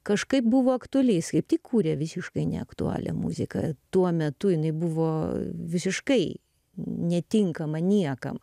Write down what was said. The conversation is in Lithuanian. kažkaip buvo aktuali jis kaip tik kūrė visiškai neaktuali muzika tuo metu nebuvo visiškai netinkama niekam